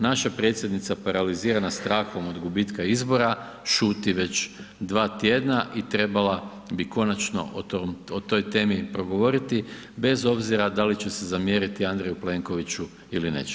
Naša predsjednica paralizirana strahom od gubitka izbora šuti već 2 tjedna i trebala bi konačno o toj temi progovoriti bez obzira da li će se zamjeriti Andreju Plenkoviću ili neće.